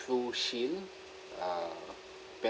PruShield uh